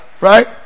right